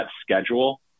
schedule